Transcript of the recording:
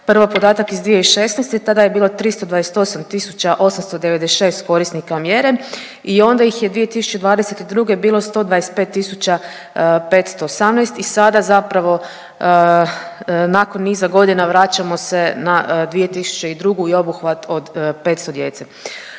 prvo podatak iz 2016., tada je bilo 328 tisuća 896 korisnika mjera i onda ih je 2022. bilo 125 tisuća 518 i sada zapravo nakon niza godina vraćamo se na 2002. i obuhvat od 500 djece.